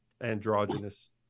androgynous